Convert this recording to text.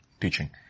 teaching